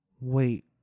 Wait